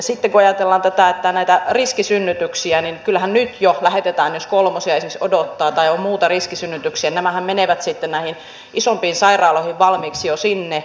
sitten kun ajatellaan näitä riskisynnytyksiä niin kyllähän nyt jo jos kolmosia esimerkiksi odottaa tai on muita riskisynnytyksiä nämä menevät valmiiksi sitten näihin isompiin sairaaloihin